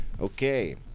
Okay